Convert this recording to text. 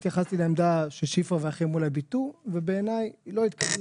התייחסתי לעמדה ששפרה ואחרים אולי ביטאו ובעיניי היא לא התקבלה.